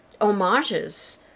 homages